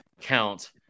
count